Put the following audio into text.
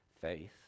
Faith